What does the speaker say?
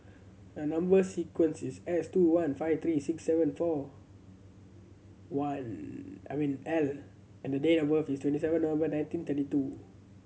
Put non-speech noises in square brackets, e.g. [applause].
a number sequence is S two one five three six seven four one [unintelligible] L and the date of birth is twenty seven November nineteen thirty two